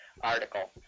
article